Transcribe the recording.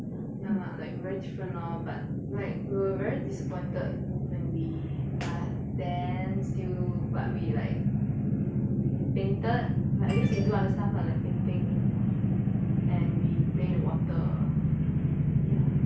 ya lah like very different lor but like we were very disappointed when we but then still but we like we painted ya at least we do other stuff lah like painting and we play in the water ya